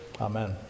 Amen